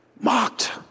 mocked